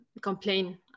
complain